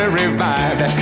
revived